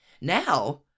Now